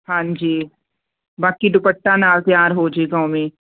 ਹਾਂਜੀ ਬਾਕੀ ਦੁਪੱਟਾ ਨਾਲ ਤਿਆਰ ਹੋ ਜਾਏਗਾ ਉਵੇਂ